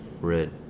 Red